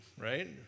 right